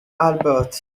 albert